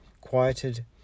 quieted